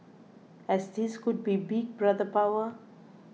as this could be Big Brother power